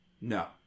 No